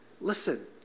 listen